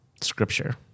scripture